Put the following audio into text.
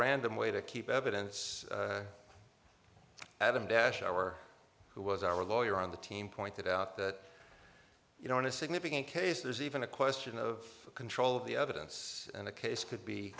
random way to keep evidence adam dash our who was our lawyer on the team pointed out that you know in a significant case there's even a question of control of the evidence and a case could be